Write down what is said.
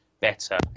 better